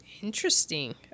Interesting